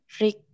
Rick